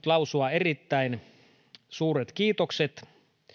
lausua erittäin suuret kiitokset